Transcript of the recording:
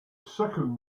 second